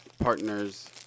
partners